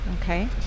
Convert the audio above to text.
Okay